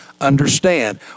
understand